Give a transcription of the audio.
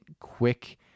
quick